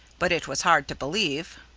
but it was hard to believe.